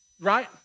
Right